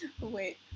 Wait